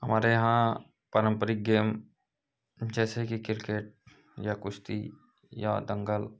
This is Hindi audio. हमारे यहाँ पारम्परिक गेम जैसे कि क्रिकेट या कुश्ती या दंगल